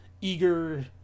eager